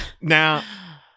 now